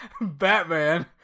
Batman